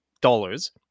dollars